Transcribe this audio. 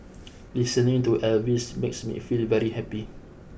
listening to Elvis makes me feel very happy